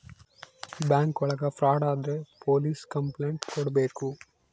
bank ಒಳಗ fraud ಆದ್ರೆ police complaint ಕೊಡ್ಬೇಕು